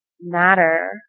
matter